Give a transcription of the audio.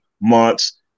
months